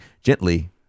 gently